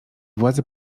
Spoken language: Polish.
władze